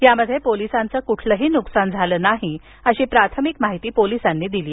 यात पोलिसांचे कुठलेही नुकसान झाले नाही अशी प्राथमिक माहिती पोलिसांनी दिली